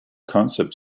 concept